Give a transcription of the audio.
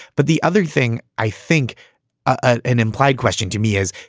but the other thing i think an implied question to me is,